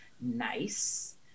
nice